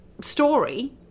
story